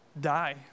die